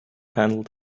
handled